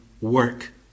work